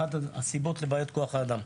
זו אחת הסיבות לבעיית כוח האדם.